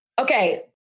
Okay